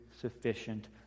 sufficient